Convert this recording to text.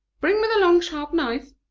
bring me the long sharp knife.